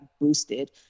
boosted